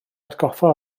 hatgoffa